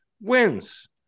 wins